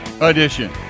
Edition